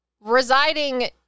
residing